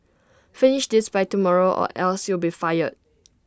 finish this by tomorrow or else you'll be fired